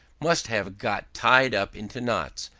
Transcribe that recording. must have got tied up into knots,